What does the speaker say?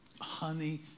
honey